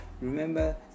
Remember